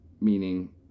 Meaning